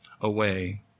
away